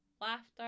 laughter